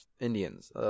Indians